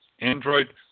Android